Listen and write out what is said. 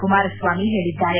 ಕುಮಾರಸ್ವಾಮಿ ಹೇಳಿದ್ದಾರೆ